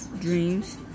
Dreams